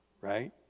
right